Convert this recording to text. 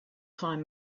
climb